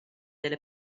delle